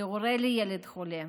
להורה לילד חולה,